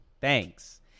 Thanks